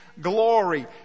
glory